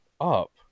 up